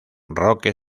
roque